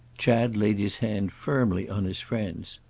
chad laid his hand firmly on his friend's.